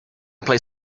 play